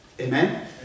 Amen